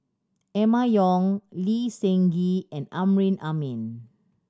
Emma Yong Lee Seng Gee and Amrin Amin